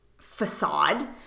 facade